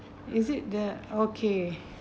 is it the okay